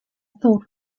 thought